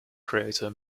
creator